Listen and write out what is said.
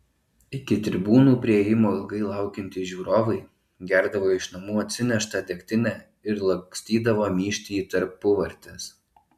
iki tribūnų priėjimo ilgai laukiantys žiūrovai gerdavo iš namų atsineštą degtinę ir lakstydavo myžti į tarpuvartes